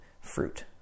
fruit